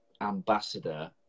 ambassador